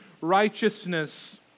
righteousness